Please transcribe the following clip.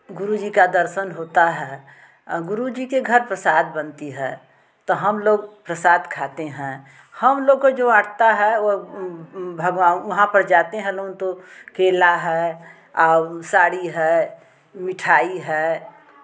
गुरु जी का दर्शन होता है आ गुरु जी के घर प्रसाद बनती है तो हमलोग प्रसाद खाते हैं हमलोग को जो अंटता है वो वहां पर जाते हैं लोग तो केला है आ वो साड़ी है मिठाई है